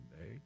day